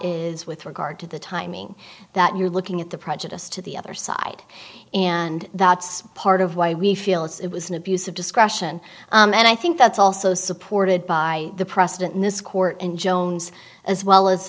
is with regard to the timing that you're looking at the prejudice to the other side and that's part of why we feel it was an abuse of discretion and i think that's also supported by the precedent in this court and jones as